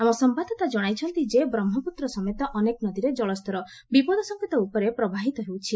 ଆମ ସମ୍ଭାଦଦାତା ଜଣାଇଛନ୍ତି ଯେ ବ୍ରହ୍ମପୁତ୍ର ସମେତ କେତେକ ନଦୀରେ ଜଳସ୍ତର ବିପଦ ସଙ୍କେତ ଉପରେ ପ୍ରବାହିତ ହେଉଛି